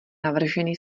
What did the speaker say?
navržený